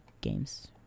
games